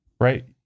right